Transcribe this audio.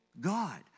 God